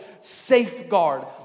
safeguard